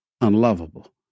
unlovable